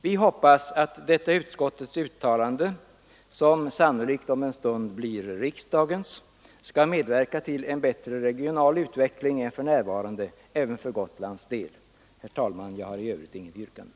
Vi hoppas att detta utskottets uttalande, som sannolikt om en stund blir riksdagens, skall medverka till en bättre regional utveckling än för närvarande även för Gotlands del. Herr talman! Jag har inget särskilt yrkande.